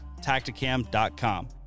Tacticam.com